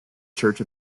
church